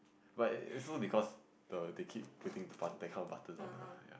but it it's also because the they keep putting the button that kind of buttons on her ya